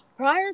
Prior